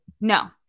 No